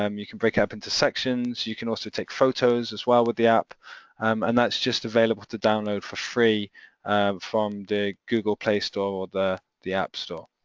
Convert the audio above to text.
um you can break it up into sections, you can also take photos as well with the app and that's just available to download for free from the google play store or the the app store.